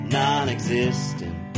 non-existent